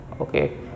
Okay